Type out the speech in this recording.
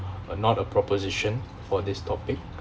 uh not a proposition for this topic